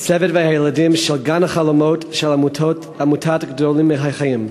הצוות והילדים של "גן החלומות" של עמותת "גדולים מהחיים".